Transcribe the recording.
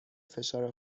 فشار